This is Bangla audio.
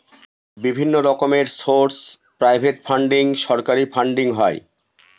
বিভিন্ন রকমের সোর্স প্রাইভেট ফান্ডিং, সরকারি ফান্ডিং হয়